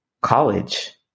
college